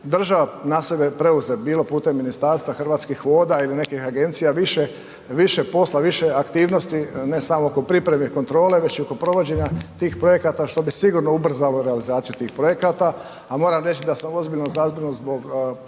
država na sebe preuzme bilo putem ministarstva, Hrvatskih voda ili nekih agencija više posla, više aktivnosti, ne samo oko pripreme i kontrole, već i oko provođenja tih projekata, što bi sigurno ubrzalo realizaciju tih projekata, a moram reć da sam ozbiljno zabrinut zbog projekta